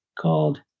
called